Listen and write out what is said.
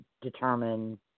determine